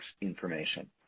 information